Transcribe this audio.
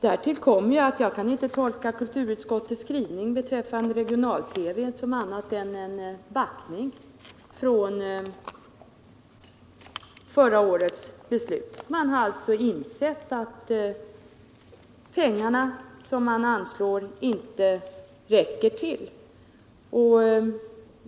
Därtill kommer — på annat sätt kan jag inte tolka kulturutskottets skrivning — backningen från förra årets beslut när det gäller regional-TV. Man har alltså insett att pengarna som anslås inte räcker till.